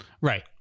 Right